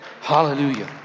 Hallelujah